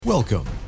Welcome